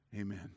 amen